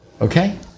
Okay